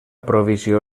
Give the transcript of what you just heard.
provisió